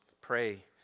pray